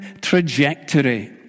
trajectory